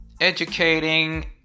educating